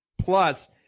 plus